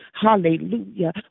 hallelujah